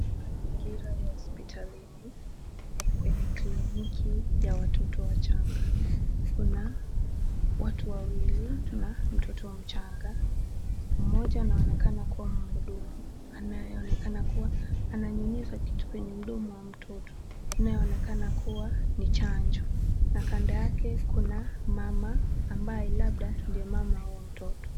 Mazingira ya hospitalini, kwenye kliniki ya watoto wachanga. Kuna watu wawili na mtoto mchanga. Mmoja anaonekana kuwa mhudumu anayeonekana kuwa ananyunyiza kitu kwenye mdomo wa mtoto inayoonekana kuwa ni chanjo na kando yake kuna mama ambaye labda ni mama wa huyo mtoto.